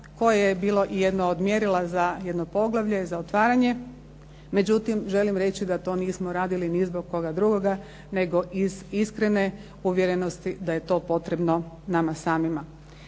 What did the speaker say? koje je bilo i jedno od mjerila za jedno poglavlje, za otvaranje. Međutim, želim reći da to nismo radili ni zbog koga drugoga nego iz iskrene uvjerenosti da je to potrebno nama samima.